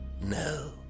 No